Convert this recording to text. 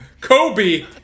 Kobe